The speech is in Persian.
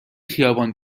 خیابان